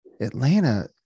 Atlanta